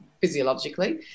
physiologically